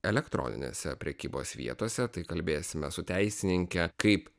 elektroninėse prekybos vietose tai kalbėsime su teisininke kaip